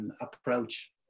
approach